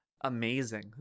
amazing